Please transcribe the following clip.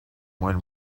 when